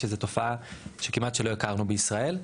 שזו תופעה שכמעט לא הכרנו בישראל.